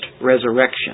resurrection